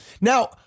Now-